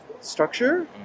structure